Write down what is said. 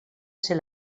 ser